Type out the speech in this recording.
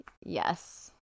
Yes